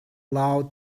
loud